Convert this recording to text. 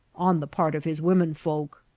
on the part of his women-folk.